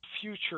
future